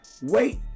Wait